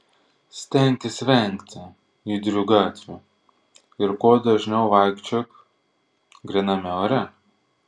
stenkis vengti judrių gatvių ir kuo dažniau vaikščiok gryname ore